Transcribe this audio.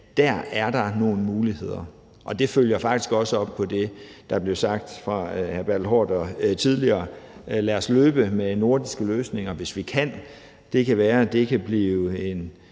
systemer i Norden. Det følger faktisk også op på det, der blev sagt af hr. Bertel Haarder tidligere. Lad os løbe med nordiske løsninger, hvis vi kan. Det kan være,